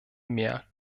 mehr